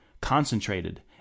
concentrated